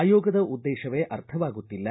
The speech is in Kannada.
ಆಯೋಗದ ಉದ್ದೇಶವೇ ಅರ್ಥವಾಗುತ್ತಿಲ್ಲ